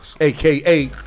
AKA